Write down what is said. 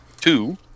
two